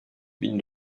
bin